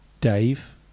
Dave